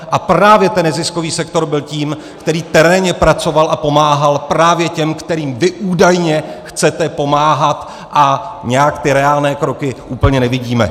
A právě ten neziskový sektor byl tím, který terénně pracoval a pomáhal právě těm, kterým vy údajně chcete pomáhat, a nějak ty reálné kroky úplně nevidíme.